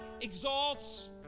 exalts